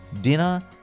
dinner